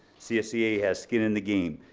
csea has skin in the game,